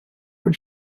when